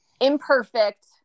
Imperfect